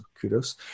kudos